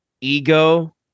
ego